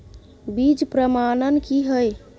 बीज प्रमाणन की हैय?